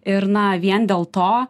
ir na vien dėl to